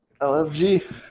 LFG